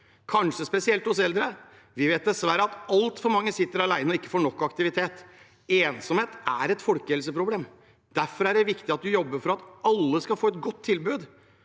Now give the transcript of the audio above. kanskje spesielt hos de eldre. Vi vet dessverre at altfor mange sitter alene og ikke får nok aktivitet. Ensomhet er et folkehelseproblem. Derfor er det viktig å jobbe for at alle skal få et godt tilbud,